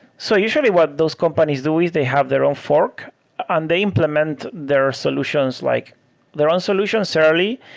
so usually, what those companies do is they have their own fork and they implement their solutions, like their own solutions early.